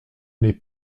n’est